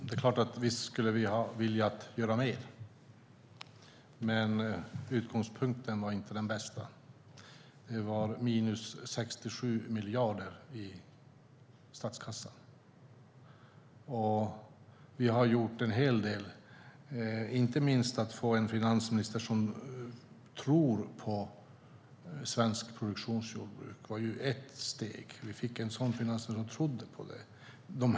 Herr talman! Visst skulle vi vilja göra mer. Men utgångspunkten var inte den bästa. Det var minus 67 miljarder i statskassan. Vi har gjort en hel del. Inte minst var ett steg att få en finansminister som tror på svenskt produktionsjordbruk. Vi fick en sådan finansminister som trodde på det.